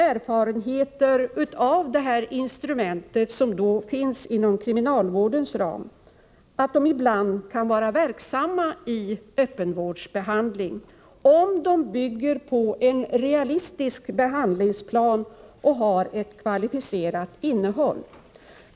Erfarenheterna av sådana instrument som finns inom kriminalvårdens ram visar att de ibland kan vara verksamma i öppenvårdsbehandling, om den bygger på en realistisk behandlingsplan och har ett kvalificerat innehåll.